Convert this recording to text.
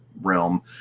realm